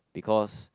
because